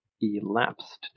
elapsed